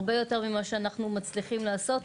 הרבה יותר ממה שאנחנו מצליחים לעשות.